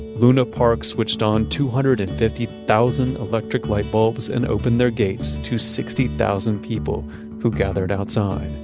luna park's switched on two hundred and fifty thousand electric light bulbs and open their gates to sixty thousand people who gathered outside.